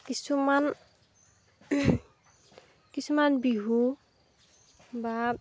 কিছুমান কিছুমান বিহু বা